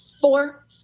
four